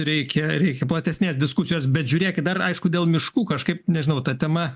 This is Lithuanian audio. reikia reikia platesnės diskusijos bet žiūrėkit dar aišku dėl miškų kažkaip nežinau ta tema